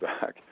back